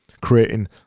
creating